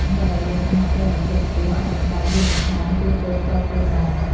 អ្នកដែលមានសហគ្រិនភាពខ្ពស់អាចបង្កើតយានដ្ឋានជួសជុលផ្ទាល់ខ្លួនបាន។